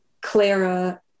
Clara